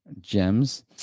Gems